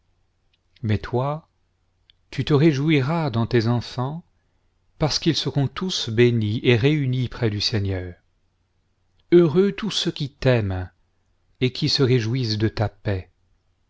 mais toi tu te réjouiras dans tes enfants parce qu'ils seront tous bénis et réunis près du seigneur heureux tous ceux qui t'aiment et qui se réjouissent de ta paix